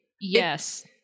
yes